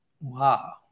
wow